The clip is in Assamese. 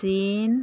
চীন